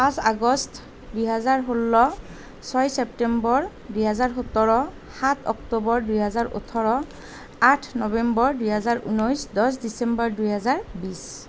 পাঁচ আগষ্ট দুই হেজাৰ ষোল্ল ছয় চেপ্তেম্বৰ দুই হেজাৰ সোতৰ সাত অক্টোবৰ দুই হেজাৰ ওঠৰ আঠ নবেম্বৰ দুই হেজাৰ ঊনৈছ দহ ডিচেম্বৰ দুই হেজাৰ বিশ